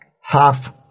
half